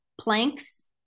planks